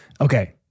Okay